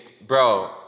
bro